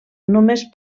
només